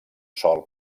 sòl